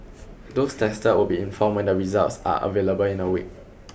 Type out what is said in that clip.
those tested will be informed when the results are available in a week